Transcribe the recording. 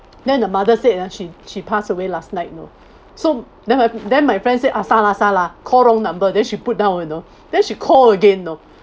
then the mother said ah she she passed away last night you know so then my then my friends say ah salah salah call wrong number then she put down you know then she called again you know